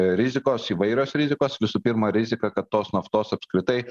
rizikos įvairios rizikos visų pirma rizika kad tos naftos apskritai